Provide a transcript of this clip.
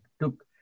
took